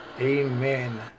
Amen